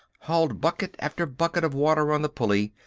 hauled bucket after bucket of water on the pulley.